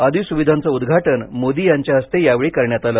आदि सुविधांच उद्घाटनही मोदी यांच्या हस्ते यावेळी करण्यात आले